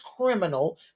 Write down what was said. criminal